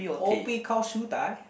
Kopi-Gao Siew-Dai